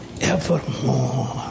evermore